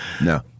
no